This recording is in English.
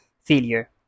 failure